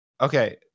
Okay